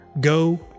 go